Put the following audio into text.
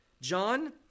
John